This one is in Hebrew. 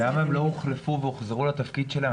למה הן לא הוחלפו והוחזרו לתפקיד שלהן?